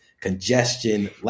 congestion